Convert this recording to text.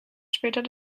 später